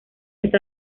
está